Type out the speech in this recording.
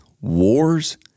wars